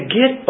get